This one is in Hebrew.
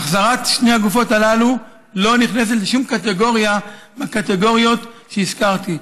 החזרת שתי הגופות הללו לא נכנסת לשום קטגוריה מהקטגוריות שהזכרתי.